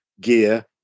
gear